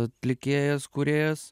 atlikėjas kūrėjas